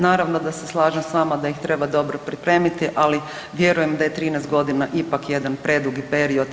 Naravno da se slažem s vama da ih treba dobro pripremiti, ali vjerujem da je 13 godina ipak jedan predugi period.